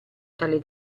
tale